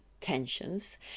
tensions